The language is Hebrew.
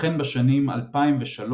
וכן בשנים 2003–2006,